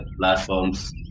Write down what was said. platforms